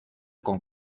con